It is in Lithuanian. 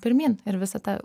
pirmyn ir visą tą